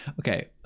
Okay